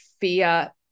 fear